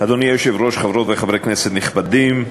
אדוני היושב-ראש, חברות וחברי כנסת נכבדים,